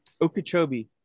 Okeechobee